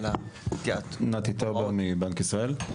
נתי טאובר, בנק ישראל.